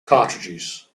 cartridges